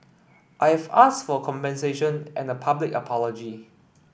I've asked for compensation and a public apology